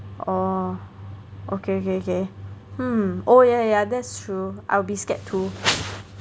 orh okay okay okay hmm oh yeah yeah that's true I'll be scared too